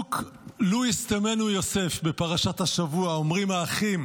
בפסוק "לו ישטמנו יוסף" בפרשת השבוע שאומרים האחים